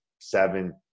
seven